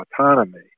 autonomy